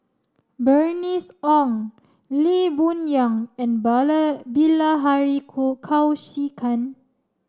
Bernice Ong Lee Boon Yang and Bilahari Kausikan